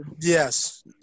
Yes